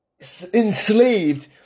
enslaved